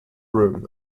room